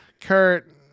Kurt